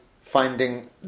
finding